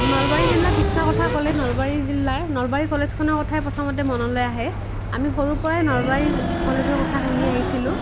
নলবাৰী জিলাত শিক্ষাৰ কথা ক'লে নলবাৰী জিলাৰ নলবাৰী কলেজখনৰ কথাই প্ৰথমতে মনলৈ আহে আমি সৰুৰ পৰাই নলবাৰী কলেজৰ কথা শুনি আহিছিলোঁ